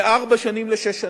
מארבע שנים לשש שנים.